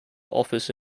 office